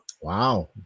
Wow